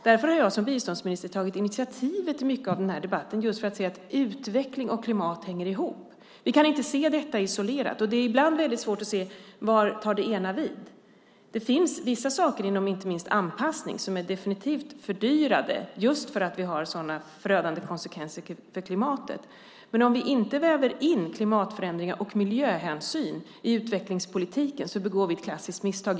Därför har jag som biståndsminister tagit initiativ till mycket av den här debatten, just för att man ska se att utveckling och klimat hänger ihop. Vi kan inte se detta isolerat. Det är ibland väldigt svårt att se var det ena tar vid. Det finns vissa saker, inte minst inom anpassning, som definitivt är fördyrade för att det har sådana förödande konsekvenser för klimatet. Men om vi inte väver in klimatförändringar och miljöhänsyn i utvecklingspolitiken begår vi ett klassiskt misstag.